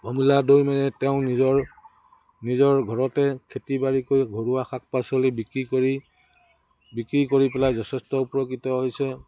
পমিলা দৈমাৰিয়ে তেওঁ নিজৰ নিজৰ ঘৰতে খেতি বাাৰী কৰি ঘৰুৱা শাক পাচলি বিক্ৰী কৰি বিক্ৰী কৰি পেলাই যথেষ্ট উপকৃত হৈছে